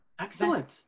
excellent